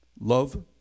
Love